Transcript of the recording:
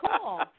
cool